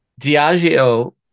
Diageo